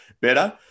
better